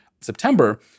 September